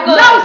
no